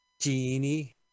Genie